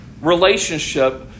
relationship